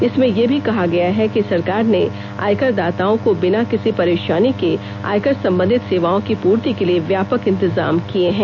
इसमें यह भी कहा गया है कि सरकार ने आयकर दाताओं को बिना किसी परेशानी के आयकर संबंधित सेवाओं की पूर्ति के लिए व्यापक इंतजाम किए हैं